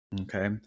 okay